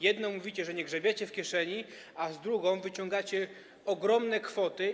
Jedną, jak mówicie, nie grzebiecie w kieszeni, a drugą wyciągacie ogromne kwoty.